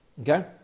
Okay